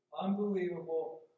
unbelievable